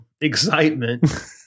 excitement